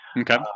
Okay